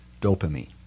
dopamine